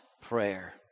prayer